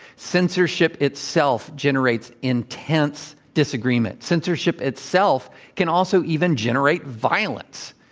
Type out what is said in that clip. censorship itself generates intense disagreement. censorship itself can also even generate violence.